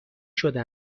شده